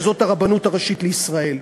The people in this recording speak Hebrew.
מטעם הרבנות הראשית לישראל.